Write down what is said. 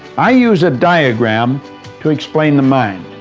i use a diagram to explain the mind.